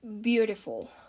beautiful